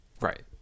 Right